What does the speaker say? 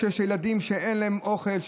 כשיש ילדים שאין להם אוכל,